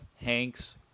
hanks